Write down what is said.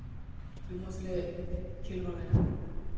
ᱟᱹᱰᱤ ᱢᱚᱡᱽ ᱞᱮ ᱠᱷᱮᱞ ᱵᱟᱲᱟᱭᱟ